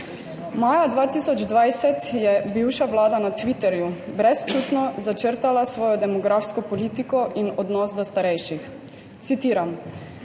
Maja 2020 je bivša vlada na Twitterju brezčutno začrtala svojo demografsko politiko in odnos do starejših. Citiram: